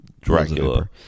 Dracula